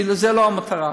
כי זו לא המטרה.